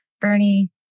Bernie